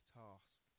task